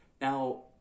now